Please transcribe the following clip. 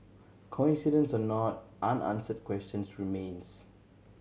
coincidence or not unanswered questions remains